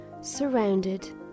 surrounded